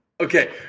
Okay